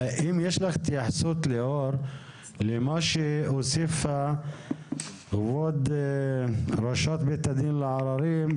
האם יש לך התייחסות למה שהוסיפה כבוד ראשת בית הדין לעררים?